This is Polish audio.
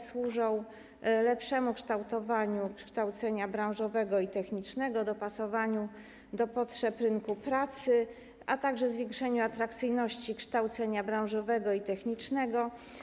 Służą lepszemu kształtowaniu przekształcenia branżowego i technicznego, dopasowaniu do potrzeb rynku pracy, a także zwiększeniu atrakcyjności kształcenia branżowego i technicznego.